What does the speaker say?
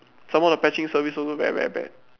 some more the patching service also very very bad